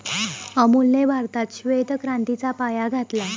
अमूलने भारतात श्वेत क्रांतीचा पाया घातला